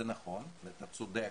זה נכון, אתה צודק